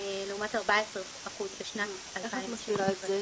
לעומת 14% בשנת 2016 איך את מסבירה את זה?